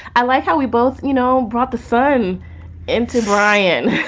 i like how we both, you know, brought the phone into brian